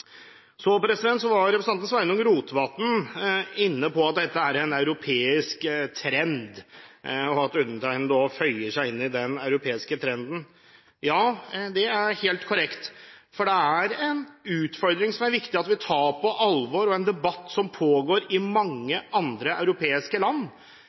Representanten Sveinung Rotevatn var inne på at dette er en europeisk trend, og at også undertegnede føyer seg inn i den europeiske trenden. Ja, det er helt korrekt, for dette er en utfordring som det er viktig at vi tar på alvor, og dette er en debatt som pågår i mange andre europeiske land.